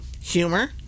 Humor